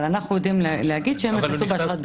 אבל אנחנו יודעים להגיד שהם נכנסו באשרה ב'2.